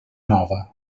nova